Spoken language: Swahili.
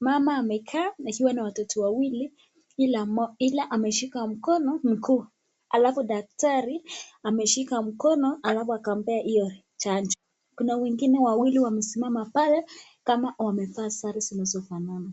Mama amekaa ikiwa na watoto wawili ila ameshika mkono mguu. Alafu daktari ameshika mkono alafu akampea hiyo chanjo. Kuna wengine wawili wamesimama pale kama wamevaa sare zinazofanana.